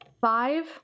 five